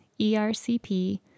ERCP